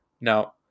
Now